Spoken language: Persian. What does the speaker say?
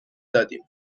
دادیم